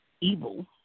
Evil